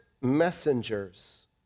messengers